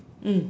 mm